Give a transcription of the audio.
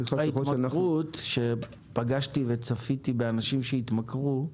פגשתי וצפיתי באנשים שהתמכרו.